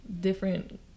different